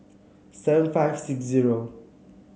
seven five six zero